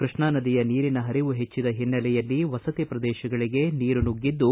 ಕೃಷ್ಣಾ ನದಿಯ ನೀರಿನ ಹರಿವು ಹೆಚ್ಚದ ಹಿನ್ನೆಲೆಯಲ್ಲಿ ವಸತಿ ಪ್ರದೇಶಗಳಿಗೆ ನೀರು ನುಗ್ಗಿದ್ದು